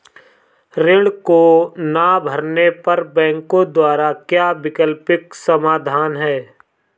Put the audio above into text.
ऋण को ना भरने पर बैंकों द्वारा क्या वैकल्पिक समाधान हैं?